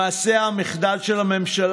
המטרה היא שהבוס שלכם, אחת ולתמיד.